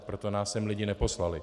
Proto nás sem lidi neposlali.